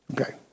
Okay